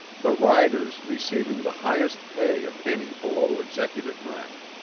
the riders receiving the highest pay of any below executive rank.